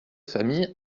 famille